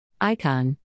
Icon